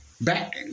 back